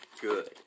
good